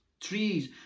trees